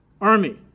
army